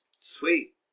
Sweet